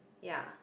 ya